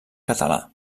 català